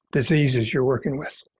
diseases you're working with.